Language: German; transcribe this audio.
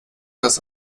das